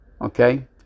okay